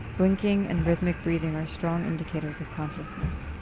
blinking and rhythmic breathing are strong indicators of consciousness.